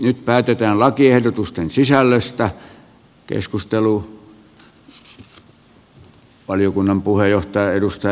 nyt päätetään lakiehdotusten sisällöstä